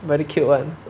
very cute [one]